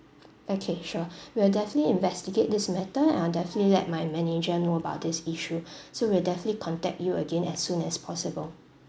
okay sure we'll definitely investigate this matter and I'll definitely let my manager know about this issue so we'll definitely contact you again as soon as possible